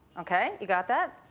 okay, you got that?